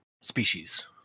species